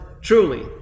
truly